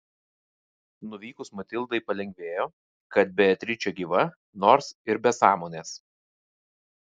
nuvykus matildai palengvėjo kad beatričė gyva nors ir be sąmonės